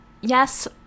Yes